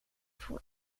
voor